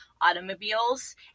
automobiles